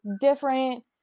different